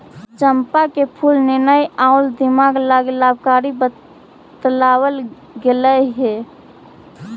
चंपा के फूल निर्णय आउ दिमाग लागी लाभकारी बतलाबल गेलई हे